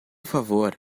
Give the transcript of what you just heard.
favor